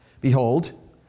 Behold